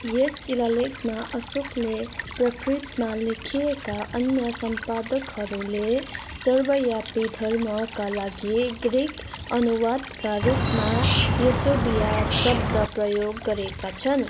यस शिलालेखमा अशोकले प्रकृतमा लेखिएका अन्य सम्पादकहरूले सर्वयापी धर्मका लागि ग्रीक अनुवादका रूपमा यसोबिया शब्द प्रयोग गरेका छन्